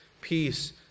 peace